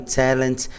talent